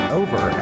over